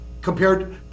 compared